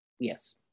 Yes